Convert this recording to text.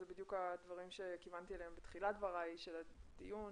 אלה בדיוק הדברים שכיוונתי אליהם בתחילת דבריי בדיון,